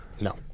No